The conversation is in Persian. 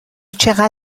چقدر